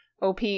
OP